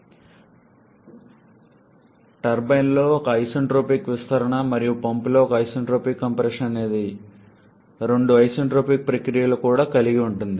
ఇది టర్బైన్లో ఒక ఐసెంట్రోపిక్ విస్తరణ మరియు పంప్లో ఒక ఐసెంట్రోపిక్ కంప్రెషన్ అనే రెండు ఐసెంట్రోపిక్ ప్రక్రియలను కూడా కలిగి ఉంటుంది